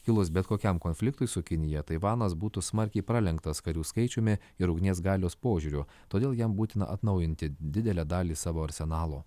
kilus bet kokiam konfliktui su kinija taivanas būtų smarkiai pralenktas karių skaičiumi ir ugnies galios požiūriu todėl jam būtina atnaujinti didelę dalį savo arsenalo